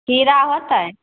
खीरा होतै